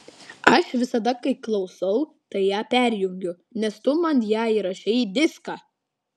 aš visada kai klausau tai ją perjungiu nes tu man ją įrašei į diską